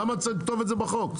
למה צריך לכתוב את זה בחוק?